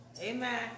Amen